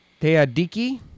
Teadiki